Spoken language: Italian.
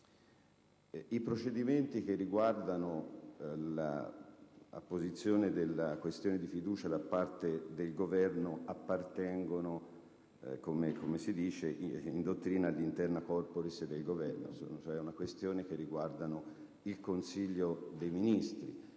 I procedimenti che riguardano l'apposizione della questione di fiducia da parte del Governo appartengono, come si dice in dottrina, agli *interna corporis* del Governo. In sostanza, la questione riguarda il Consiglio dei ministri.